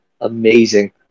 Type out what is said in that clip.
amazing